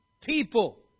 people